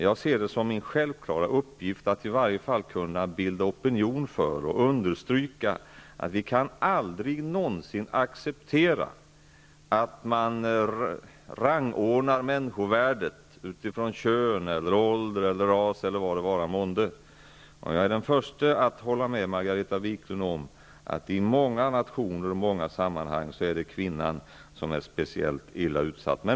Jag ser det som min självklara uppgift att i varje fall försöka bilda opinion för och understryka att vi aldrig någonsin kan acceptera att människovärdet rangordnas ifrån kön, ålder, ras eller vad det vara månde. Jag är också den första att hålla med Margareta Viklund om att det i många sammanhang och i många nationer är kvinnan som är speciellt illa utsatt.